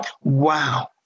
wow